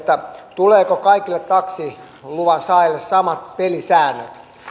tuleeko kaikille taksiluvan saajille samat pelisäännöt